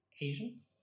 Asians